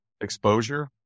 exposure